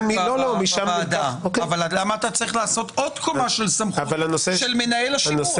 אמרת שצריך לעשות עוד קומה של מנהל השימוע.